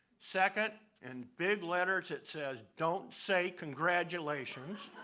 second, in big letters it says, don't say congratulations.